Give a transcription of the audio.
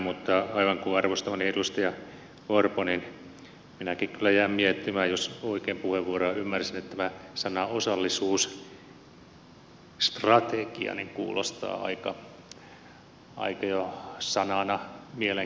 mutta aivan kuin arvostamani edustaja orpo niin minäkin kyllä jään miettimään jos oikein puheenvuoroja ymmärsin että sana osallisuusstrategia kuulostaa jo sanana aika mielenkiintoiselta